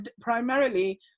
primarily